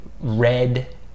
red